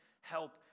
help